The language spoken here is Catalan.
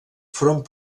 front